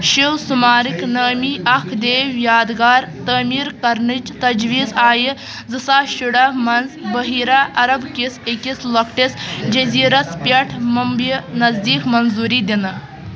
شِو سمارک نٲمی اکھ دیو یادگار تعمیر کرنٕچ تجویز آیہِ زٕ ساس شُراہ منٛز بحیرہ عرب کِس أکِس لۅکٹِس جزیرس پٮ۪ٹھ ممبئی نزدیک منظوٗری دِنہٕ